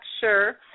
sure